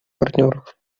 партнеров